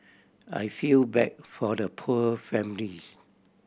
I feel bad for the poor families